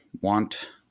want